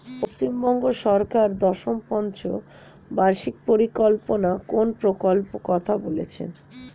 পশ্চিমবঙ্গ সরকার দশম পঞ্চ বার্ষিক পরিকল্পনা কোন প্রকল্প কথা বলেছেন?